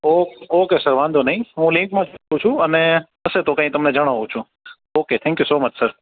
ઑ okay sir વાંધો નઈ હુ લેબમાં જઉ છું અને હશે તો કઈ તમને જણાવું છું okay thank you so much sir